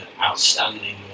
outstanding